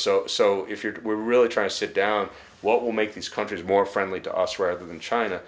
so so if you're really trying to sit down what will make these countries more friendly to us rather than china